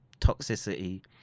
toxicity